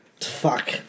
Fuck